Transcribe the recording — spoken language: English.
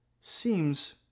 seems